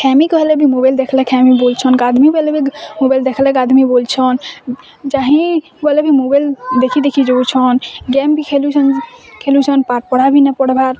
ଖାମିଁ କହିଲେ ବି ମୋବାଇଲ୍ ଦେଖିଲେ ଖାମିଁ ବୋଲ୍ଛନ୍ ଗାଧ୍ମି ବୋଲେ ବି ମୋବାଇଲ୍ ଦେଖିଲେ ଗାଧ୍ମି ବୋଲ୍ଛନ୍ ଯହିଁ ଗଲେ ବି ମୋବାଇଲ୍ ଦେଖି ଦେଖି ଯାଉଛନ୍ ଗେମ୍ ବି ଖେଳୁଛନ୍ ଖେଳୁଛନ୍ ପାଠ୍ ପଢ଼ା ବି ନା ପଢ଼ବାର୍